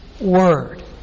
word